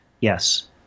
yes